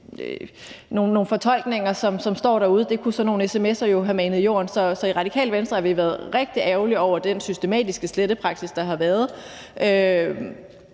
nogle fortolkninger, som står derude. Det kunne sådan nogle sms'er jo have manet i jorden. Så i Radikale Venstre har vi været rigtig ærgerlige over den systematiske slettepraksis, der har været,